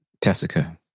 Tessica